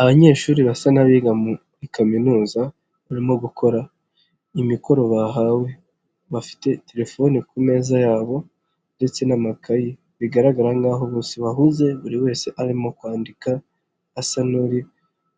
Abanyeshuri basa n'abiga muri kaminuza barimo gukora imikoro bahawe bafite telefone ku meza yabo ndetse n'amakayi bigaragara'ho bose bahuze buri wese arimo kwandika asa n'uri